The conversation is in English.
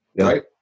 right